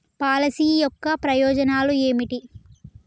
Policy యొక్క ప్రయోజనాలు ఏమిటి?